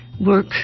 work